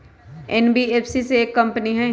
NBFC एक company हई?